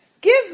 Give